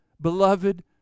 beloved